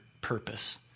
purpose